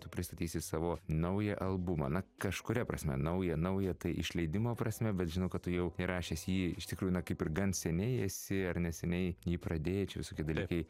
tu pristatysi savo naują albumą na kažkuria prasme nauja nauja tai išleidimo prasme bet žinau kad tu jau įrašęs jį iš tikrųjų na kaip ir gan seniai esi ar neseniai jį pradėjai čia visokie dalykai